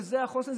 שזה החוסן,